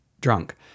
drunk